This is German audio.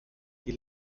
die